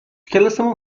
کلاسمون